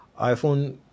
iPhone